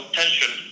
tension